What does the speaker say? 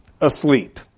asleep